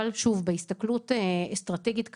אבל שוב בהסתכלות אסטרטגית קדימה,